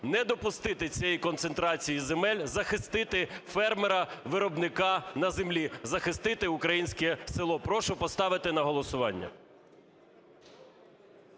не допустити цієї концентрації земель, захистити фермера, виробника на землі, захистити українське село. Прошу поставити на голосування.